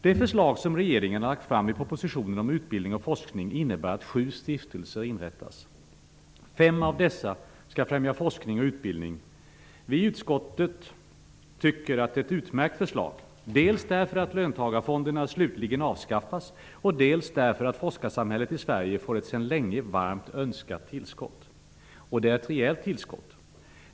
Det förslag som regeringen har lagt fram i propositionen om utbildning och forskning innebär att sju stiftelser inrättas. Fem av dessa skall främja forskning och utbildning. Vi i utskottet tycker att det är ett utmärkt förslag, dels därför att löntagarfonderna slutligen avskaffas, dels därför att forskarsamhället i Sverige får ett sedan länge varmt önskat tillskott. Och det är ett rejält tillskott.